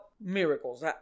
miracles